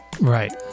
right